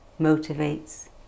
motivates